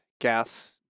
gas